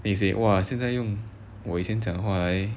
then he say 哇现在用我以前讲话来